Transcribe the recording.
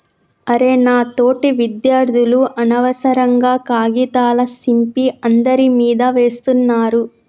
అరె నా తోటి విద్యార్థులు అనవసరంగా కాగితాల సింపి అందరి మీదా వేస్తున్నారు